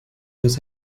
los